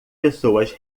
pessoas